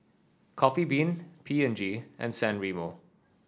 Coffee Bean P and G and San Remo